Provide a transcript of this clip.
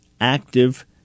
active